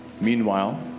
Meanwhile